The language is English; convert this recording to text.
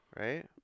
right